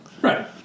Right